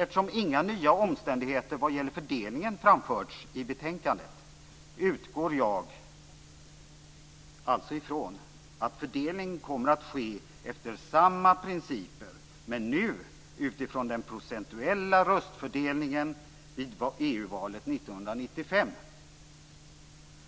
Eftersom inga nya omständigheter vad gäller fördelningen framförts i betänkandet utgår jag från att fördelning kommer att ske efter samma principer, men nu utifrån den procentuella röstfördelningen vid EU-valet 1995.